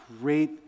great